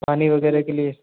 पानी वगैरह के लिए